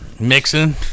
Mixing